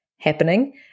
happening